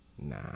Nah